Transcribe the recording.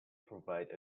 provide